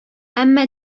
әмма